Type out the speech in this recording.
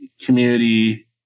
community